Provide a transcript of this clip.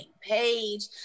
page